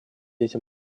этим